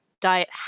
diet